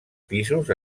pisos